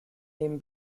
den